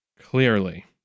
Clearly